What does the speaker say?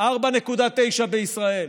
4.9 בישראל,